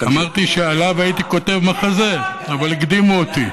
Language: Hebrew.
אמרתי שעליו הייתי כותב מחזה, אבל הקדימו אותי.